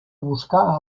buscar